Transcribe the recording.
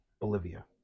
Bolivia